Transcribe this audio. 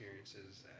experiences